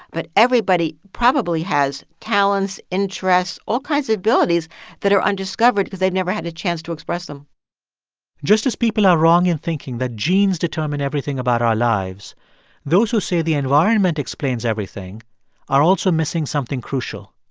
but everybody probably has talents, interests, all kinds of abilities that are undiscovered because they've never had a chance to express them just as people are wrong in thinking that genes determine everything about our lives those who say the environment explains everything are also missing something crucial.